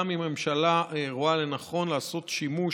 גם אם הממשלה רואה לנכון לעשות שימוש,